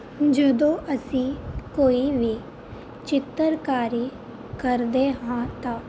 ਜਦੋਂ ਅਸੀਂ ਕੋਈ ਵੀ ਚਿੱਤਰਕਾਰੀ ਕਰਦੇ ਹਾਂ ਤਾਂ